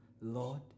Lord